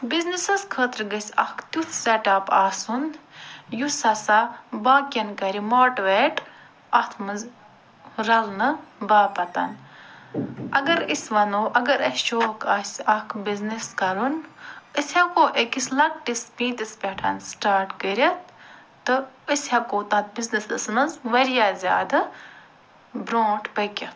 بِزنیٚسَس خٲطرٕ گَژھہِ اَکھ تیٛوتھ سیٚٹ اَپ آسُن یُس ہَسا باقین کَرِ ماٹِویٹ اَتھ منٛز رلنہٕ باپتھ اگر أسۍ وَنو اگر اسہِ شوق آسہِ اَکھ بِزنیٚس کَرُن أسۍ ہیٚکو أکِس لکٹِس پیٖنٛتِس پٮ۪ٹھن سِٹارٹ کٔرِتھ تہٕ أسۍ ہیٚکو تتھ بِزنیٚسَس منٛز وارِیاہ زیادٕ برٛونٛٹھ پٔکِتھ